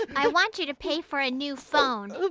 i want you to pay for a new phone.